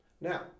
now